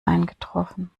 eingetroffen